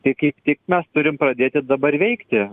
tai kaip tik mes turim pradėti dabar veikti